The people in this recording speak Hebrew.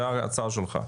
זו ההצעה שלך.